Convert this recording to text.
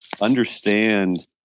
understand